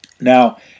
Now